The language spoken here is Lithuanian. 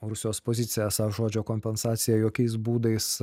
rusijos pozicija esą žodžio kompensacija jokiais būdais